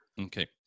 Okay